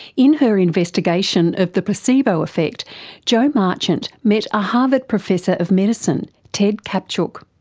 in her investigation of the placebo effect jo marchant met a harvard professor of medicine ted kaptchuk.